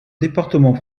département